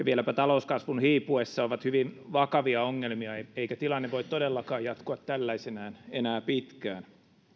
vieläpä talouskasvun hiipuessa ovat hyvin vakavia ongelmia eikä tilanne voi todellakaan jatkua tällaisenaan enää pitkään